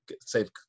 save